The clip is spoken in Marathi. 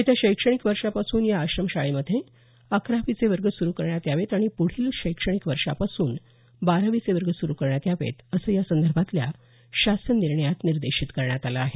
येत्या शैक्षणिक वर्षापासून या आश्रमशाळेमध्ये अकरावीचे वर्ग सुरु करण्यात यावेत आणि पुढील शैक्षणिक वर्षापासून बारावीचे वर्ग सुरु करण्यात यावेत असं या संदर्भातल्या शासन निर्णयात निर्देशित करण्यात आलं आहे